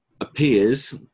appears